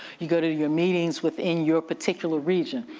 you go to your meetings within your particular region.